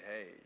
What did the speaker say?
hey